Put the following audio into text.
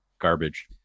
garbage